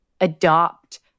adopt